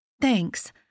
Thanks